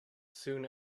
soon